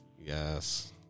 Yes